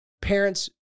Parents